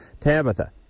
Tabitha